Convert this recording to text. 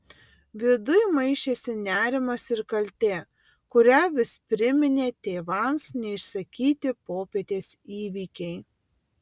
viduj maišėsi nerimas ir kaltė kurią vis priminė tėvams neišsakyti popietės įvykiai